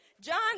John